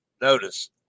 notice